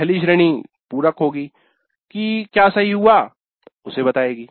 पहली श्रेणी पूरक होगी - की क्या सही हुआ है उसे बतायेंगी